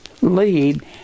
lead